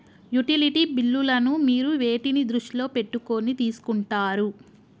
Utility బిల్లులను మీరు వేటిని దృష్టిలో పెట్టుకొని తీసుకుంటారు?